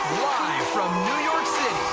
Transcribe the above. live from new york city,